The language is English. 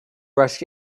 rushed